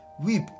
weep